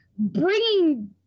bringing